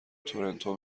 تورنتو